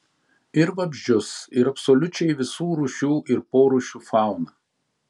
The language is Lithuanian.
ir vabzdžius ir absoliučiai visų rūšių ir porūšių fauną